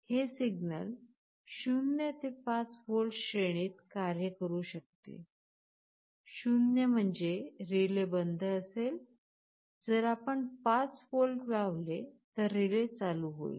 हे सिग्नल 0 ते 5 व्होल्ट श्रेणीत कार्य करू शकते 0 म्हणजे रिले बंद असेल जर आपण 5 व्होल्ट लावले तर रिले चालू होईल